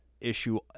issue